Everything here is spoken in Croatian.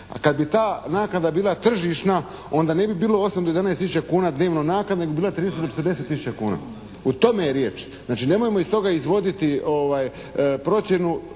a kad bi ta naknada bila tržišna onda ne bi bilo 8 do 11 tisuća kuna dnevno naknade nego bi bilo 30 do 40 tisuća kuna. U tome je riječ. Znači nemojmo iz toga izvoditi procjenu,